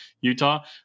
Utah